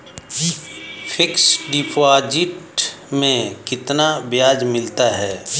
Fix deposit में कितना ब्याज मिलता है?